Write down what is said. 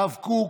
הרב קוק,